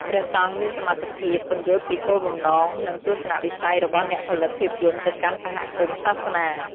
ព្រះសង្ឃមានសមត្ថភាព ពន្យល់ពីគោលបំណង និងទស្សនៈវិស័យរបស់អ្នកផលិតភាពយន្ត ទៅកាន់សហគមន៍សាសនា។